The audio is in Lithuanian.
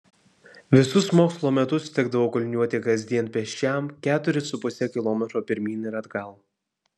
visus mokslo metus tekdavo kulniuoti kasdien pėsčiam keturis su puse kilometro pirmyn ir atgal